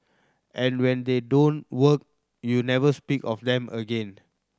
and when they don't work you never speak of them again